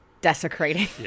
desecrating